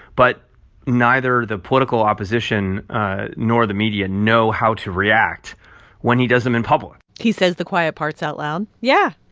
but neither the political opposition nor the media know how to react when he does them in public he says the quiet parts out loud yeah.